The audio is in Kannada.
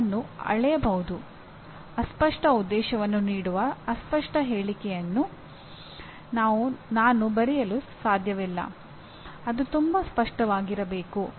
ಆದ್ದರಿಂದ ಅದು ಮೊದಲ ಪಠ್ಯಕ್ರಮದ ಪರಿಣಾಮಗಳಲ್ಲಿ ಒಂದಾಗಿದೆ